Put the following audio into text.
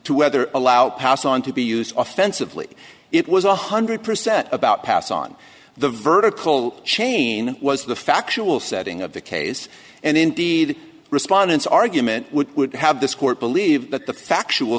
to whether allow pass on to be used often civilly it was one hundred percent about pass on the vertical chain was the factual setting of the case and indeed respondents argument would would have this court believe that the factual